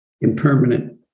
impermanent